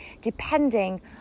depending